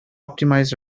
optimised